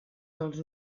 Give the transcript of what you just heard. dels